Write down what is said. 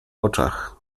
oczach